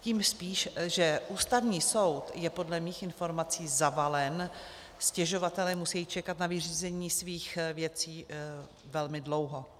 Tím spíš, že Ústavní soud je podle mých informací zavalen, stěžovatelé musí čekat na vyřízení svých věcí velmi dlouho.